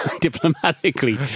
diplomatically